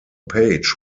page